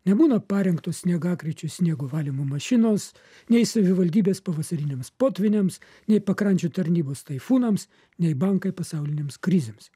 nebūna parengtos sniegakryčio sniego valymo mašinos nei savivaldybės pavasariniams potvyniams nei pakrančių tarnybos taifūnams nei bankai pasaulinėms krizėms